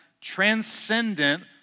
transcendent